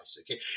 okay